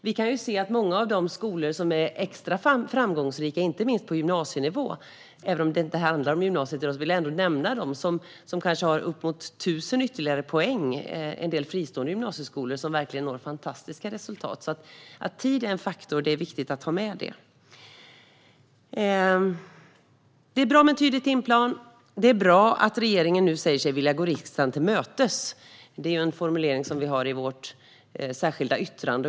Vi kan se på många av de skolor som är extra framgångsrika, inte minst på gymnasienivå. Även om det inte handlar om gymnasiet i dag vill jag ändå nämna dem som har uppemot 1 000 ytterligare poäng. Det gäller en del fristående gymnasieskolor, som verkligen uppnår fantastiska resultat. Det är alltså viktigt att ta med detta att tid är en faktor. Det är bra med en tydlig timplan. Det är bra att regeringen nu säger sig vilja gå riksdagen till mötes. Det är en formulering som vi har i vårt särskilda yttrande.